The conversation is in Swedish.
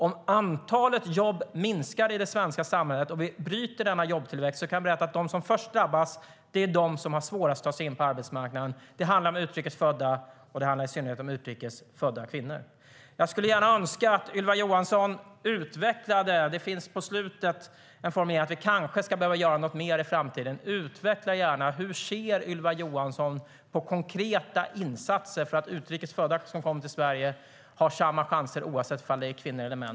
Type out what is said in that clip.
Om antalet jobb i det svenska samhället minskar och vi bryter jobbtillväxten blir det de som har svårast att ta sig in på arbetsmarknaden som först drabbas. Det handlar om utrikes födda, i synnerhet kvinnor. I ministerns svar finns det på slutet en formulering om att vi kanske behöver göra något mer i framtiden. Utveckla gärna det: Hur ser Ylva Johansson på konkreta insatser för att utrikes födda som kommer till Sverige ska ha samma chanser oavsett om de är kvinnor eller män?